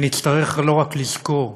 ונצטרך לא רק לזכור,